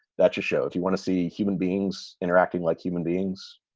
that's a show. if you want to see human beings interacting like human beings,